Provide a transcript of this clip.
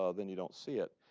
ah then you don't see it.